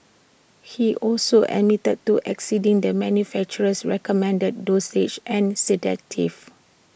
he also admitted to exceeding the manufacturer's recommended dosage and sedative